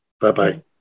Bye-bye